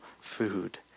food